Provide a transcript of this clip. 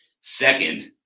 Second